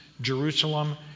Jerusalem